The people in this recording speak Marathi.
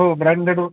हो ब्रँडेड